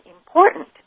important